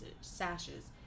sashes